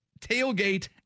tailgate